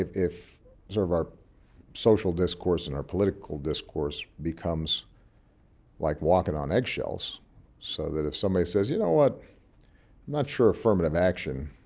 if if sort of, our social discourse and our political discourse becomes like walking on eggshells so that if somebody says you know what, i'm not sure affirmative action